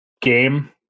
game